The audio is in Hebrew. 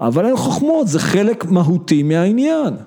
אבל אין חוכמות, זה חלק מהותי מהעניין.